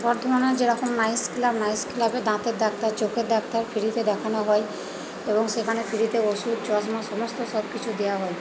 বর্ধমানে যেরকম nice club nice ক্লাবে দাঁতের ডাক্তার চোখের ডাক্তার ফ্রিতে দেখানো হয় এবং সেখানে ফ্রিতে ওষুধ চশমা সমস্ত সব কিছু দেওয়া হয়